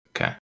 Okay